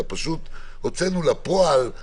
אלא פשוט הוצאנו לפועל,